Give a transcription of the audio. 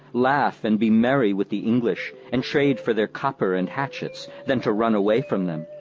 laugh and be merry with the english, and trade for their copper and hatchets, than to run away from them,